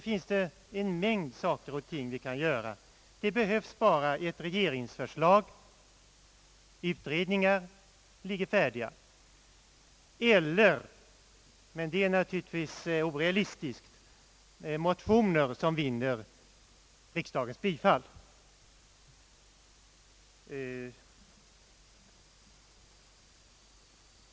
Utredningar ligger färdiga, det behövs bara ett regeringsförslag eller — men det är naturligtvis orealistiskt — motioner, som vinner riksdagens bifall.